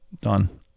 Done